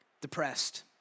depressed